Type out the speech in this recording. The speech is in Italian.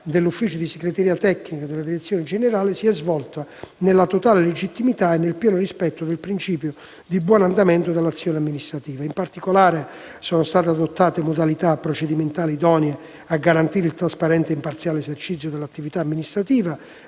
dell'ufficio di segreteria tecnica della direzione generale si è svolta nella totale legittimità e nel pieno rispetto del principio di buon andamento dell'azione amministrativa. In particolare, sono state adottate modalità procedimentali idonee a garantire il trasparente e imparziale esercizio dell'attività amministrativa.